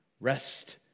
rest